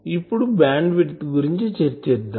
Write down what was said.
ఇప్పుడు bandwidth గురించి చర్చిద్దాం